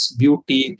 beauty